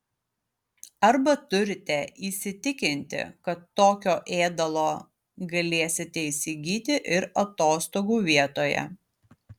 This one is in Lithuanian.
arba turite įsitikinti kad tokio ėdalo galėsite įsigyti ir atostogų vietoje